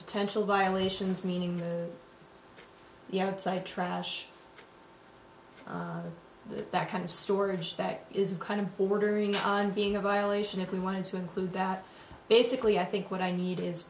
potential violations meaning the outside trash that kind of storage that is kind of bordering on being a violation if we wanted to include that basically i think what i need is